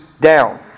down